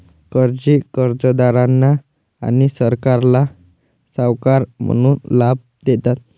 कर्जे कर्जदारांना आणि सरकारला सावकार म्हणून लाभ देतात